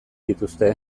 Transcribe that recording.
dituzte